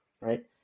Right